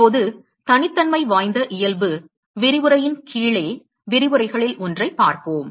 இப்போது தனித்தன்மை வாய்ந்த இயல்பு விரிவுரையின் கீழே விரிவுரைகளில் ஒன்றைப் பார்ப்போம்